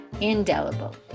indelible